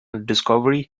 discovery